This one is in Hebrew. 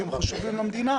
שהם חשובים למדינה,